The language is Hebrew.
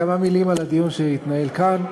כמה מילים על הדיון שהתנהל כאן.